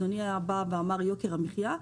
אדוני דיבר על יוקר המחיה,